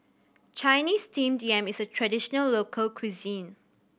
Chinese Steamed Yam is a traditional local cuisine